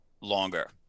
longer